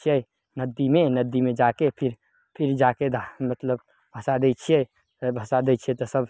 छियै नदीमे नदीमे जाके फिर फिर जाके दहा मतलब भसा दै छियै तऽ भसा दै छियै तऽ सभ